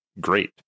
great